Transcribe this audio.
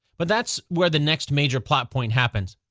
but that's where the next major plot point happens.